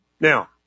Now